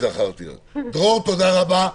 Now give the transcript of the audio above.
דרור, תודה רבה.